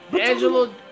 Angelo